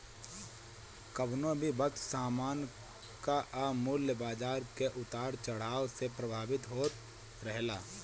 कवनो भी वस्तु सामान कअ मूल्य बाजार के उतार चढ़ाव से प्रभावित होत रहेला